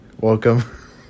welcome